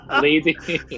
lady